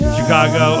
Chicago